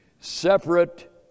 separate